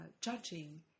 judging